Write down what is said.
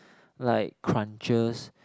like cruncher